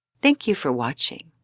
thank you for watching!